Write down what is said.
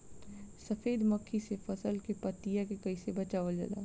सफेद मक्खी से फसल के पतिया के कइसे बचावल जाला?